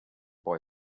boy